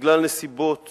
שבגלל נסיבות